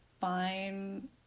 fine